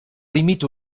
límit